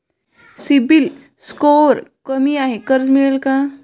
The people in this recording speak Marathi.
सिबिल स्कोअर कमी आहे कर्ज मिळेल का?